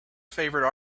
favorite